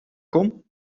kom